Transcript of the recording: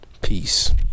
Peace